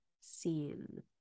seen